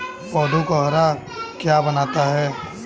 पौधों को हरा क्या बनाता है?